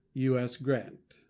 u s. grant.